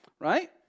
right